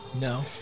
no